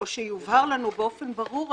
או שיובהר לנו באופן ברור,